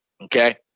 Okay